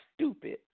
stupid